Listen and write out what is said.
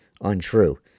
untrue